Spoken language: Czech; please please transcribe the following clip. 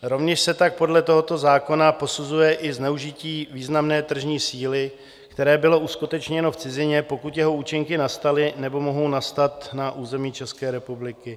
Rovněž se tak podle tohoto zákona posuzuje i zneužití významné tržní síly, které bylo uskutečněno v cizině, pokud jeho účinky nastaly nebo mohou nastat na území České republiky.